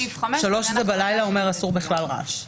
סעיף 3 אומר שבלילה אסור רעש בכלל.